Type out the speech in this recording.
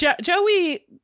Joey